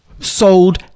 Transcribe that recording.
Sold